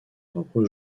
propre